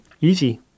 easy